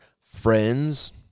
friends